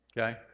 Okay